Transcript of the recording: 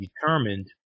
determined